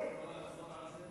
את יכולה לחזור על זה?